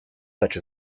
such